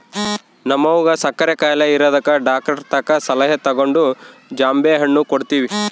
ನಮ್ವಗ ಸಕ್ಕರೆ ಖಾಯಿಲೆ ಇರದಕ ಡಾಕ್ಟರತಕ ಸಲಹೆ ತಗಂಡು ಜಾಂಬೆಣ್ಣು ಕೊಡ್ತವಿ